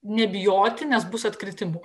nebijoti nes bus atkritimų